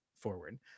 forward